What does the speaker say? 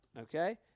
Okay